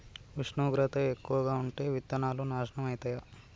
ఉష్ణోగ్రత ఎక్కువగా ఉంటే విత్తనాలు నాశనం ఐతయా?